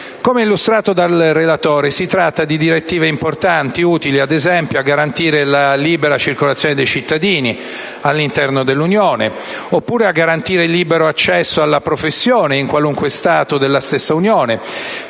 Come illustrato dal relatore, si tratta di direttive importanti, utili, ad esempio, a garantire la libera circolazione dei cittadini all'interno dell'Unione, oppure il libero accesso alla professione in qualsiasi suo Stato. Questo nel